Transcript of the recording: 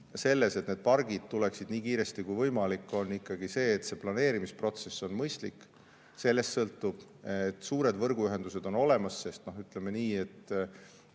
võti, et need pargid valmiksid nii kiiresti kui võimalik, on ikkagi see, et planeerimisprotsess oleks mõistlik. Sellest sõltub. Suured võrguühendused on olemas. Ütleme nii, et